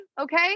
okay